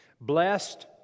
Blessed